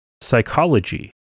psychology